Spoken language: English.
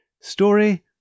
Story